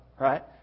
right